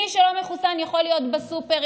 מי שלא מחוסן יכול להיות בסופר,